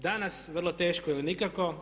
Danas vrlo teško ili nikako.